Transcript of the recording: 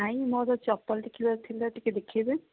ଭାଇ ମୋର ଚପଲ ଦେଖିବାର ଥିଲା ଟିକେ ଦେଖେଇବେ